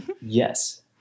Yes